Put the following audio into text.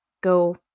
go